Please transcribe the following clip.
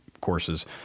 courses